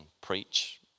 preach